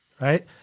right